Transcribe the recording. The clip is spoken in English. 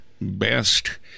best